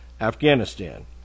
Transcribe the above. Afghanistan